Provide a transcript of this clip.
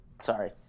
Sorry